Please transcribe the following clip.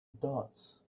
dots